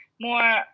more